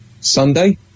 Sunday